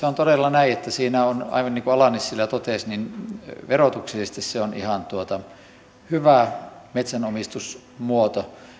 on todella näin että se on aivan niin kuin ala nissilä totesi verotuksellisesti ihan hyvä metsänomistusmuoto